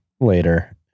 later